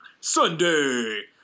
Sunday